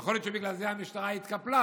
יכול להיות שבגלל זה המשטרה התקפלה,